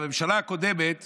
בממשלה הקודמת